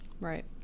Right